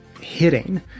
hitting